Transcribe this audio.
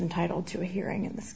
entitle to a hearing in this